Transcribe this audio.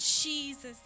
jesus